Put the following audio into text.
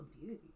Beauty